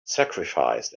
sacrificed